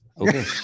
Okay